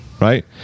right